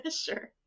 Sure